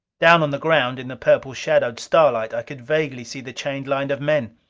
down on the ground in the purple-shadowed starlight, i could vaguely see the chained line of men.